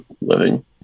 living